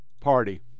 party